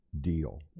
deal